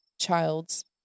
child's